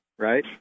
right